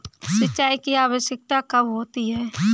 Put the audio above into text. सिंचाई की आवश्यकता कब होती है?